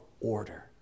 order